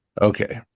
Okay